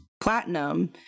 platinum